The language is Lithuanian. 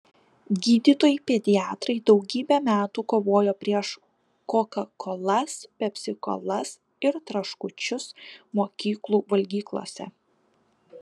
gydytojai pediatrai daugybę metų kovojo prieš kokakolas pepsikolas ir traškučius mokyklų valgyklose